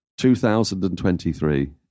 2023